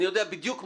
אני יודע בדיוק מה,